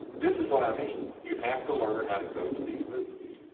this is what i mean you have to learn how to coach these movements.